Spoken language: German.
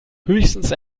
höchstens